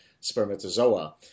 spermatozoa